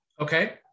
Okay